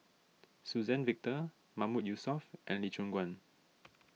Suzann Victor Mahmood Yusof and Lee Choon Guan